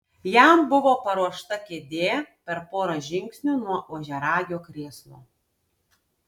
jam buvo paruošta kėdė per porą žingsnių nuo ožiaragio krėslo